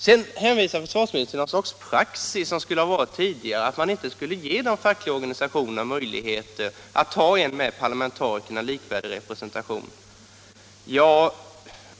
Sedan hänvisar försvarsministern till något slags praxis sedan tidigare att man inte skulle ge de fackliga organisationerna möjligheter att ha en med parlamentarikerna likvärdig representation.